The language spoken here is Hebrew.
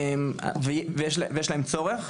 ויש להן צורך.